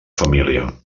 família